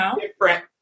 different